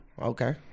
Okay